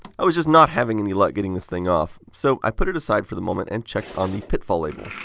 i was just not having any luck getting this thing off. so, i put it aside for the moment and checked on the pitfall! label.